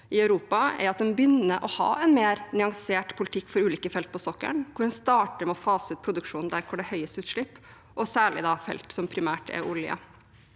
i Europa, er at en begynner å ha en mer nyansert politikk for ulike felt på sokkelen, hvor en starter med å fase ut produksjonen der det er høyest utslipp, og særlig for felt som primært er olje.